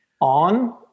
on